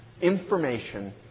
information